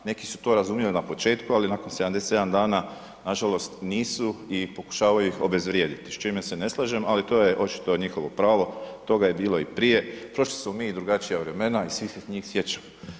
Neki su to razumjeli na početku, ali nakon 77 dana nažalost nisu i pokušavaju ih obezvrijediti, s čime se ne slažem, ali to je očito njihovo pravo, toga je bilo i prije, prošli smo mi i drugačija vremena i svih se njih sjećamo.